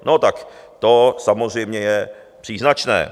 No tak to samozřejmě je příznačné.